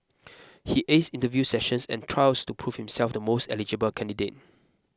he aced interview sessions and trials to prove himself the most eligible candidate